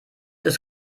ist